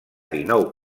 dinou